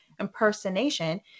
impersonation